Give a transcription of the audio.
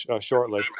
shortly